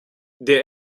der